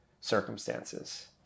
circumstances